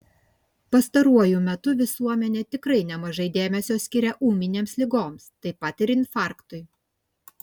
pastaruoju metu visuomenė tikrai nemažai dėmesio skiria ūminėms ligoms taip pat ir infarktui